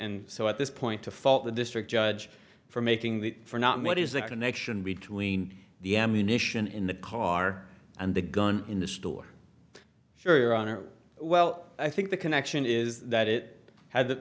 and so at this point to fault the district judge for making that for not what is the connection between the ammunition in the car and the gun in the store sure your honor well i think the connection is that it ha